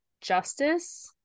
justice